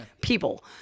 people